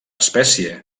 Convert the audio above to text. espècie